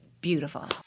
beautiful